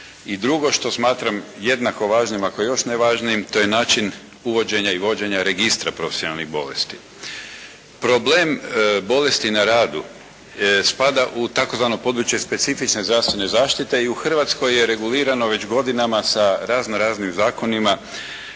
i drugo što smatram jednako važnim, ako još ne važnijim to je način uvođenja i vođenja registra profesionalnih bolesti. Problem bolesti na radu spada u tzv. područje specifične zdravstvene zaštite i u Hrvatskoj je regulirano već godinama sa raznoraznim zakonima